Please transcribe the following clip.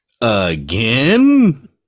Again